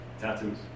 tattoos